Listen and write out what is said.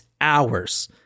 hours